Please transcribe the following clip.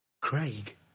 craig